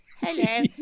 Hello